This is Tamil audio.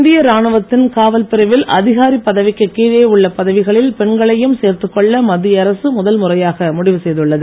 இந்திய ராணுவத்தின் காவல் பிரிவில் அதிகாரிப் பதவிக்கு கீழே உள்ள பதவிகளில் பெண்களையும் சேர்த்து கொள்ள மத்திய அரசு முதல் முறையாக முடிவு செய்துள்ளது